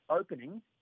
Opening